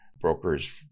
brokers